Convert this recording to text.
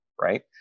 right